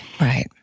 Right